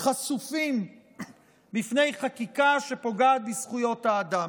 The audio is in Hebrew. חשופים בפני חקיקה שפוגעת בזכויות האדם.